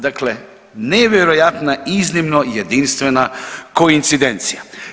Dakle, nevjerojatna iznimno jedinstvena koincidencija.